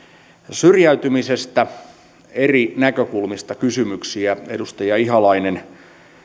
syrjäytymisestä tuli eri näkökulmista kysymyksiä edustaja ihalainen